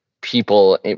People